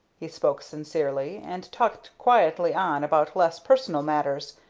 he spoke sincerely, and talked quietly on about less personal matters,